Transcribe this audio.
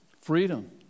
Freedom